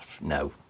No